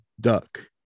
duck